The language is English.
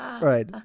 Right